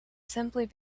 simply